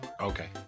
Okay